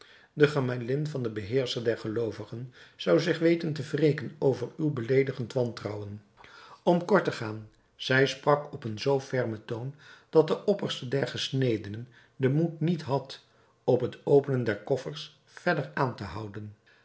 de gemalin van den beheerscher der geloovigen zou zich weten te wreken over uw beleedigend wantrouwen om kort te gaan zij sprak op een zoo fermen toon dat de opperste der gesnedenen den moed niet had op het openen der koffers verder aan te houden